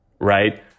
right